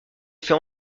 fait